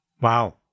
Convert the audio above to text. wow